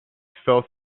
fell